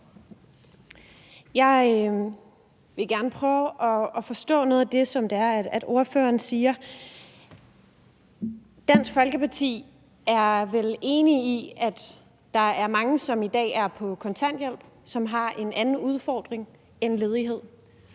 Jeg vil gerne prøve at forstå noget af det, som ordføreren siger. Dansk Folkeparti er vel enig i, at der er mange, som i dag er på kontanthjælp, som har en anden udfordring end ledighed,